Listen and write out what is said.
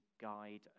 guide